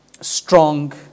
strong